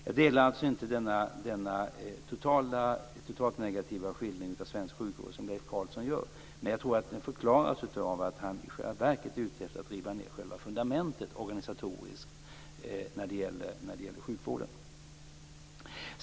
Jag delar alltså inte denna totalt negativa skildring av svensk sjukvård som Leif Carlson ger, men jag tror att den förklaras av att han i själva verket är ute efter att riva ned själva fundamentet organisatoriskt när det gäller sjukvården.